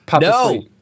No